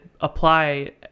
apply